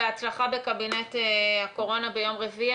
בהצלחה בקבינט הקורונה ביום רביעי.